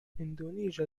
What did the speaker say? indonesia